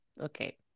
Okay